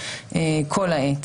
כל העת.